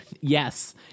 yes